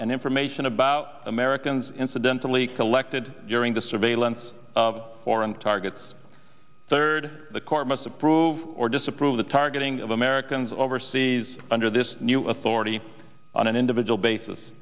and information about americans incidentally collected during the surveillance of foreign targets third the court must approve or disapprove the targeting of americans overseas under this new authority on an individual basis